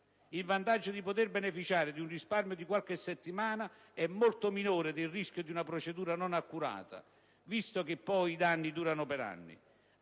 Il vantaggio di poter beneficiare di un risparmio di qualche settimana è molto minore del rischio di una procedura non accurata, visto che poi i danni durano per anni.